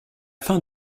fin